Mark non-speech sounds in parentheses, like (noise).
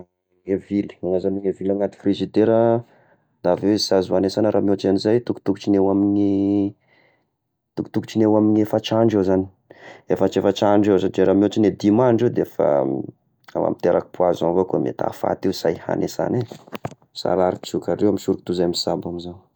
Ah ny vily, ahazoagny vily anaty frizidera da avy eo izy da sy azo hanigna sana raha mihotran'izay atokotokotry ny eo amin'ny atokotokotry ny eo amin'ny efatr'andro eo izagny, efatrefatra andro eo satria raha mihoatran'ny dimy andro io da efa (noise) miteraky poison avao ko da mety ahafaty io sa hay hagny sany eh, sa harary troka, aleo misoroko toy izay misabo amizao.